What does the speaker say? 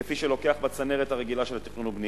כפי שלוקח בצנרת הרגילה של התכנון והבנייה,